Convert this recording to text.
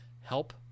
help